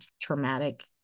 traumatic